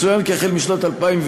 יצוין כי מאז שנת 2010,